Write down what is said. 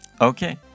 Okay